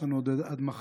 יש לנו עד מחר,